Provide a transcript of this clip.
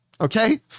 Okay